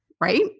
right